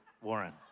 Warren